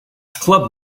club